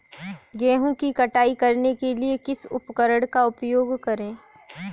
गेहूँ की कटाई करने के लिए किस उपकरण का उपयोग करें?